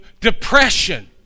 depression